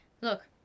look